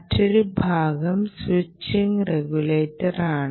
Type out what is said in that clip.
മറ്റൊരു ഭാഗം സ്വിച്ചിംഗ് റെഗുലേറ്ററാണ്